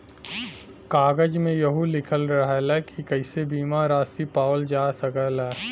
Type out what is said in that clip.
कागज में यहू लिखल रहला की कइसे बीमा रासी पावल जा सकला